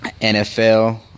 NFL